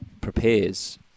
prepares